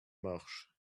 marche